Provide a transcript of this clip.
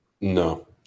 No